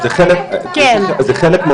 מירב, אבל